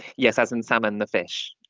yes, as in salmon the fish.